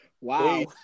Wow